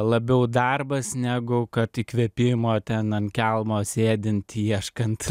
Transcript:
labiau darbas negu kad įkvėpimo ten ant kelmo sėdint ieškant